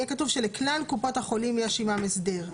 כתוב שלכלל קופות החולים יש עמם הסדר.